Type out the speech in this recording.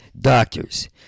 Doctors